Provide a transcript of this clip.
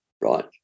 right